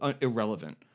irrelevant